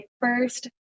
first